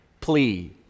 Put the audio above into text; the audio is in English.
plea